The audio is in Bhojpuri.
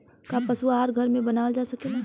का पशु आहार घर में बनावल जा सकेला?